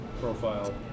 profile